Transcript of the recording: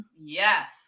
Yes